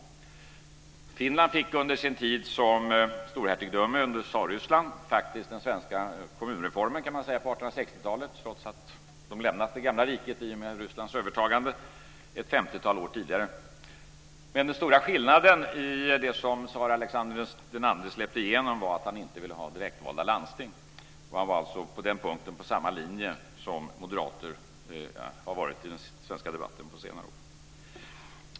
Man kan säga att Finland under sin tid som storhertigdöme under Tsarryssland faktiskt fick den svenska kommunreformen på 1860-talet, trots att man lämnat det gamla riket i och med Rysslands övertagande ett femtiotal år tidigare. Men den stora skillnaden i det som tsar Alexander II släppte igenom var att han inte ville ha direktvalda landsting. Han var alltså på den punkten på samma linje som moderaterna har varit i den svenska debatten under senare år.